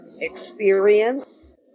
experience